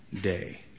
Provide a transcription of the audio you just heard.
day